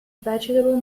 vegetable